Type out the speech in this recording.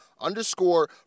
underscore